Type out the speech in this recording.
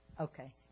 Okay